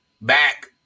back